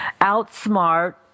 outsmart